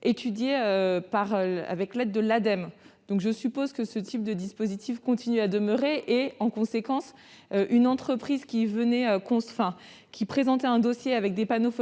place avec l'aide de l'Ademe. Je suppose que ce type de dispositif perdure. De ce fait, une entreprise qui présentait un dossier avec des panneaux